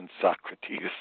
Socrates